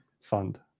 fund